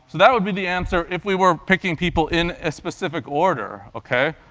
that would be the answer if we were picking people in a specific order, ok?